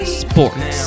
sports